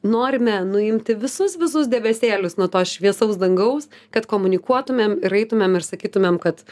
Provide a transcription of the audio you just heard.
norime nuimti visus visus debesėlius nuo to šviesaus dangaus kad komunikuotumėm ir eitumėm ir sakytumėm kad